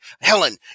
Helen